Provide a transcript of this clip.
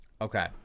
okay